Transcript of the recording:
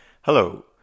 Hello